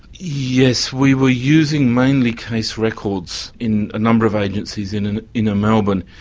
yes, we were using mainly case records in a number of agencies in in inner melbourne.